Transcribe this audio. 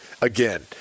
again